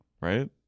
right